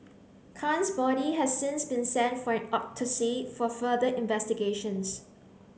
Khan's body has since been sent for an autopsy for further investigations